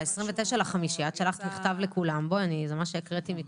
ב-29.05 את שלחת מכתב לכולם, זה מה שהקראתי קודם.